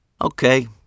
Okay